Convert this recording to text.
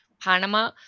Panama